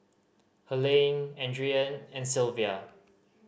Helaine Adrienne and Sylvia